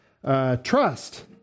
Trust